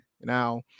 Now